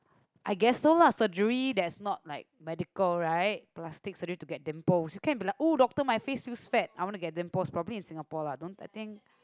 I guess so lah surgery that's not like medical right plastic surgery to get dimples you can but like oh doctor my face feels fat I want to get dimples probably in Singapore lah don't I think